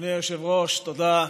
אדוני היושב-ראש, תודה.